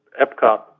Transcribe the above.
Epcot